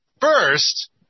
first